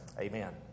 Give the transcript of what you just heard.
Amen